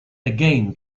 again